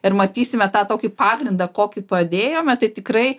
ir matysime tą tokį pagrindą kokį padėjome tai tikrai